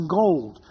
gold